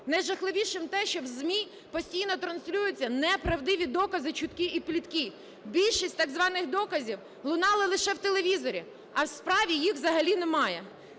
Найжахливіше те, що в ЗМІ постійно транслюються неправдиві докази, чутки і плітки. Більшість так званих доказів лунали лише в телевізорі, а у справі їх взагалі немає.